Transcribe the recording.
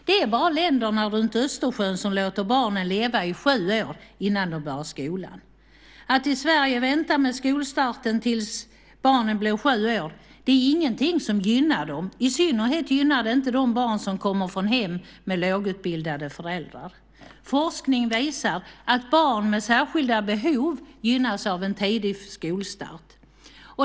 Det är bara länderna runt Östersjön som låter barnen leva i sju år innan de börjar skolan. Att i Sverige vänta med skolstarten tills barnen bli sju är ingenting som gynnar barnen, i synnerhet inte de barn som kommer från hem med lågutbildade föräldrar. Forskning visar att barn med särskilda behov gynnas av en tidig skolstart.